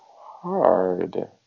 hard